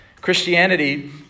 Christianity